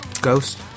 Ghost